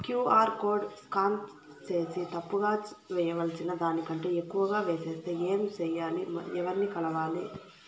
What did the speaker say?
QR code scan సేసి తప్పు గా వేయాల్సిన దానికంటే ఎక్కువగా వేసెస్తే ఏమి సెయ్యాలి? ఎవర్ని కలవాలి?